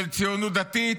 של ציונות דתית,